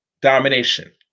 domination